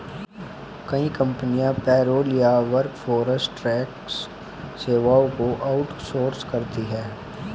कई कंपनियां पेरोल या वर्कफोर्स टैक्स सेवाओं को आउट सोर्स करती है